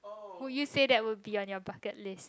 who you said that would be in your bucket list